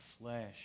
flesh